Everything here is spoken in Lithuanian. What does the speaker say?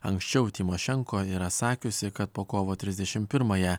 anksčiau tymošenko yra sakiusi kad po kovo trisdešimt pirmąją